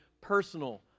personal